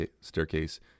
staircase